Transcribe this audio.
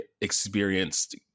experienced